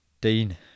Dean